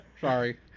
Sorry